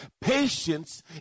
Patience